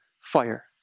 fire